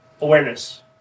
awareness